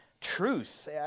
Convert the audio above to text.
truth